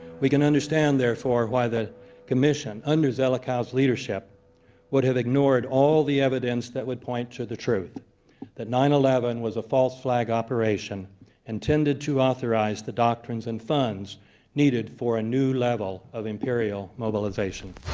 we can understand therefore why that commission under zelikow leadership would have ignored all the evidence that would point to the truth that nine eleven was a false flag operation intended to authorize the doctrines and funds needed for a new level of imperial mobilization.